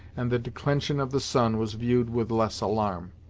and the declension of the sun was viewed with less alarm.